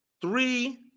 Three